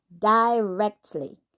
directly